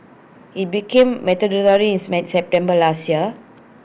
IT became mandatory in September last year